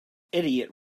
idiot